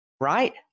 right